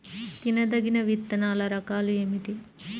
తినదగిన విత్తనాల రకాలు ఏమిటి?